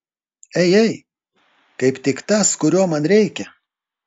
ei ei kaip tik tas kurio man reikia